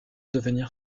devenir